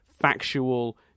factual